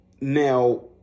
Now